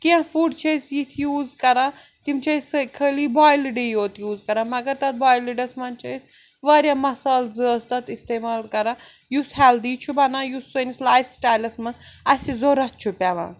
کینٛہہ فُڈ چھِ أسۍ یِتھ یوٗز کَران تِم چھِ أسۍ خٲلی بویلٕڈے یوت یوٗز کَران مگر تَتھ بویلٕڈَس منٛز چھِ أسۍ واریاہ مَسال زٲژ تَتھ اِستعمال کَران یُس ہٮ۪لدی چھُ بَنان یُس سٲنِس لایِف سِٹایلَس منٛز اَسہِ ضوٚرَتھ چھُ پیٚوان